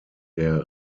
der